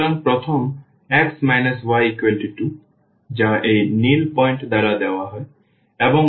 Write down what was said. সুতরাং প্রথম x y2 যা এই নীল পয়েন্ট দ্বারা দেওয়া হয়